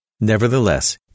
Nevertheless